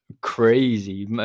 crazy